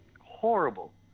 horrible